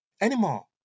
anymore